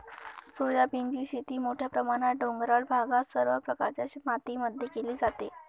सोयाबीनची शेती मोठ्या प्रमाणात डोंगराळ भागात सर्व प्रकारच्या मातीमध्ये केली जाते